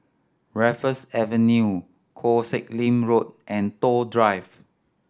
Raffles Avenue Koh Sek Lim Road and Toh Drive